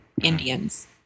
Indians